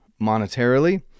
monetarily